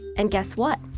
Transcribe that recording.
and guess what?